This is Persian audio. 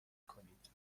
کنید